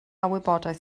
wybodaeth